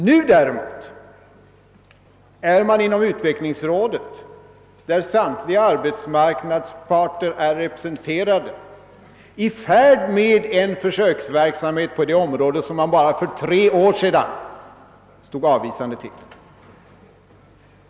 Nu däremot är man inom utvecklingsrådet, där samtliga arbetsmarknadsparter är representerade, i färd med en försöksverksamhet av det slag som man bara för tre år sedan stod avvisande till.